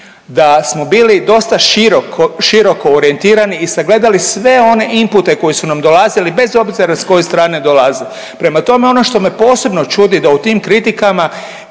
da smo bili dosta široko orijentirani i sagledali sve one inpute koji su nam dolazili bez obzira sa koje strane dolazili. Prema tome, ono što me posebno čudi da u tim kritikama